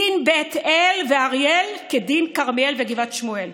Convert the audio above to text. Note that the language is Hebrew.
דין בית אל ואריאל כדין כרמיאל וגבעת שמואל.